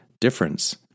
Difference